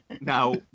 Now